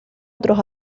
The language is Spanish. otros